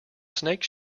snake